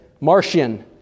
Martian